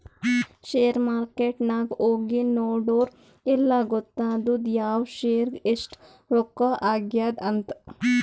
share market ನಾಗ್ ಹೋಗಿ ನೋಡುರ್ ಎಲ್ಲಾ ಗೊತ್ತಾತ್ತುದ್ ಯಾವ್ ಶೇರ್ಗ್ ಎಸ್ಟ್ ರೊಕ್ಕಾ ಆಗ್ಯಾದ್ ಅಂತ್